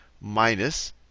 minus